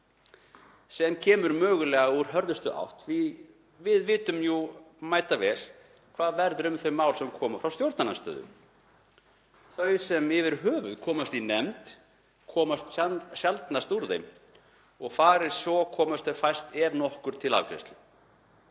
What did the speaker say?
sem kemur mögulega úr hörðustu átt því að við vitum jú mætavel hvað verður um þau mál sem koma frá stjórnarandstöðu. Þau sem yfirhöfuð komast í nefnd komast sjaldnast úr henni og fari svo komast þau fæst ef nokkur til afgreiðslu.